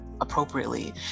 appropriately